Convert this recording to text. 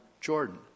Jordan